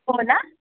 हो ना